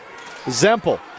Zempel